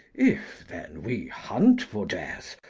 if, then, we hunt for death,